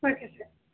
okay sir